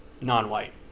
non-white